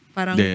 Parang